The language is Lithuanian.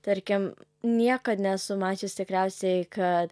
tarkim niekad nesu mačius tikriausiai kad